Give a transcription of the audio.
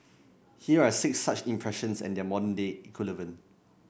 here are six such expressions and their modern day equivalent